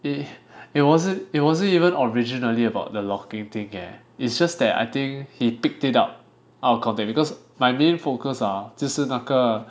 it it wasn't it wasn't even originally about the lock-in thing eh it's just that I think he picked it up out of context because my main focus ah 就是那个